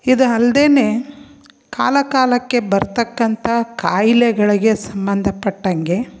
ಇದು ಅಲ್ದೆನೆ ಕಾಲ ಕಾಲಕ್ಕೆ ಬರತಕ್ಕಂಥ ಖಾಯ್ಲೆಗಳಿಗೆ ಸಂಬಂಧಪಟ್ಟಂಗೆ